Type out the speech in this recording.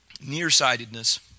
Nearsightedness